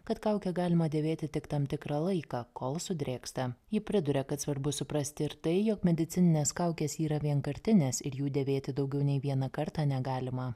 kad kaukę galima dėvėti tik tam tikrą laiką kol sudrėksta ji priduria kad svarbu suprasti ir tai jog medicininės kaukės yra vienkartinės ir jų dėvėti daugiau nei vieną kartą negalima